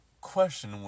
Question